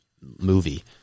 movie